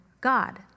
God